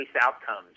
outcomes